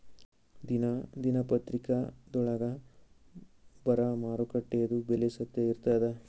ದಿನಾ ದಿನಪತ್ರಿಕಾದೊಳಾಗ ಬರಾ ಮಾರುಕಟ್ಟೆದು ಬೆಲೆ ಸತ್ಯ ಇರ್ತಾದಾ?